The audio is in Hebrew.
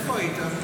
איפה היית?